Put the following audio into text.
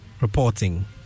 reporting